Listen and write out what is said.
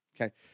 Okay